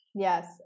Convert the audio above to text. Yes